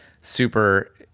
super –